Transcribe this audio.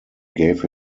gave